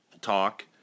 talk